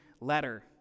letter